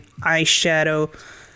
eyeshadow